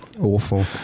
Awful